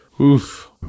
Oof